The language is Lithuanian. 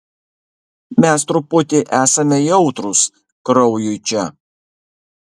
mes truputį esame jautrūs kraujui čia